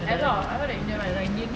I know I know the indian [one]